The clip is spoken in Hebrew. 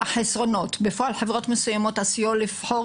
החסרונות: בפועל חברות מסוימות עשויות לבחור